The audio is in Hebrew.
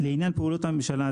לעניין פעולות הממשלה,